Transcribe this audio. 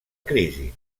crisi